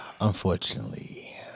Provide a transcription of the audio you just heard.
Unfortunately